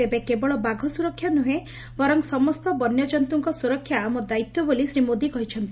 ତେବେ କେବଳ ବାଘ ସ୍ୱରକ୍ଷା ନୁହେଁ ବରଂ ସମସ୍ତ ବନ୍ୟଜନ୍ତୁଙ୍କ ସୁରକ୍ଷା ଆମ ଦାୟିତ୍ ବୋଲି ମୋଦି କହିଛନ୍ତି